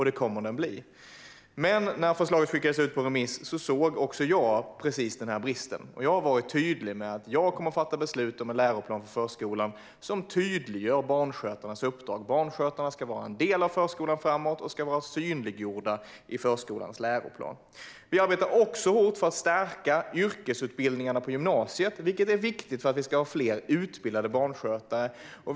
Det kommer den också att bli. När förslaget skickades ut på remiss såg dock också jag precis denna brist. Jag har varit tydlig med att jag kommer att fatta beslut om en läroplan för förskolan som tydliggör barnskötarnas uppdrag. Barnskötarna ska vara en del av förskolan framåt, och de ska vara synliggjorda i förskolans läroplan. Vi arbetar också hårt för att stärka yrkesutbildningarna på gymnasiet, vilket är viktigt för att vi ska ha fler utbildade barnskötare.